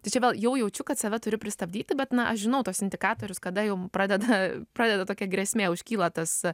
tai čia vėl jau jaučiu kad save turiu pristabdyti bet na aš žinau tuos indikatorius kada jau pradeda pradeda tokia grėsmė užkyla tas